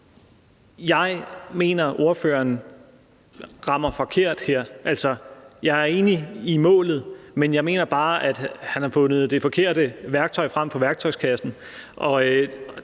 Jeg mener, at ordføreren rammer forkert her. Jeg er enig i målet, men jeg mener bare, at han har fundet det forkerte værktøj frem fra værktøjskassen.